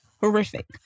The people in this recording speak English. horrific